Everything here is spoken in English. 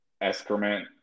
excrement